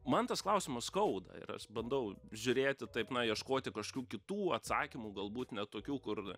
man tas klausimas skauda ir aš bandau žiūrėti taip na ieškoti kažkių kitų atsakymų galbūt ne tokių kur